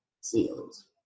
seals